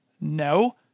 no